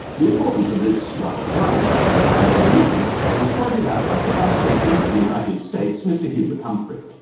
the importance of this rather dry sounding high level meeting was pointed out by the vice-president of the united states, mr hubert humphrey.